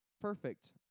perfect